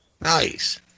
Nice